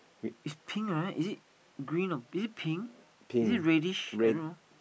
is pink right is it green or is it pink is it reddish I don't know